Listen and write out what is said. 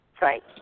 right